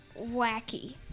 wacky